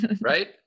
right